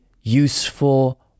useful